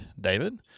David